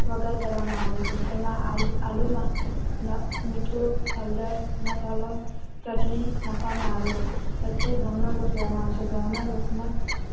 વઘાર કરવામાં આવે છે એમાં આલુમાં મીઠું હળદર મસાલો ચટણી નાંખવામાં આવે છે પછી ઘઉનો લોટ લેવામાં આવે છે ઘઉંના લોટને